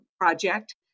project